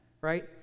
Right